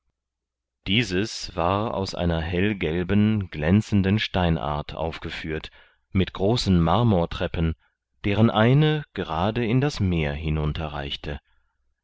dieses war aus einer hellgelben glänzenden steinart aufgeführt mit großen marmortreppen deren eine gerade in das meer